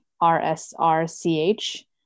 R-S-R-C-H